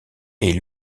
est